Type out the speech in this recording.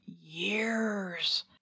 years